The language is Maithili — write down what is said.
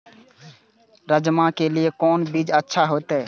राजमा के लिए कोन बीज अच्छा होते?